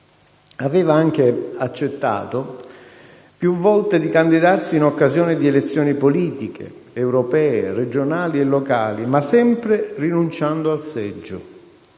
Aveva anche accettato più volte di candidarsi in occasione di elezioni politiche, europee, regionali e locali, ma sempre rinunciando al seggio.